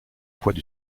poids